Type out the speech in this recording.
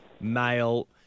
male